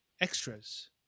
extras